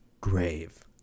grave